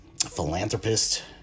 philanthropist